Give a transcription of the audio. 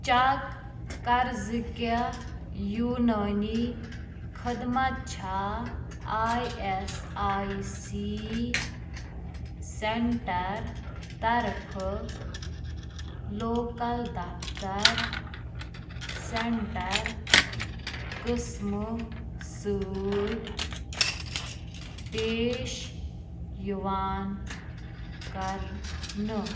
check کر زٕ کیٛاہ یوٗنٲنی خدمت چھےٚ I S I C centre طرفہٕ لوکَل دفتر سٮ۪نٛٹَر قٕسمہٕ سۭتۍ پیش یِوان کرنہٕ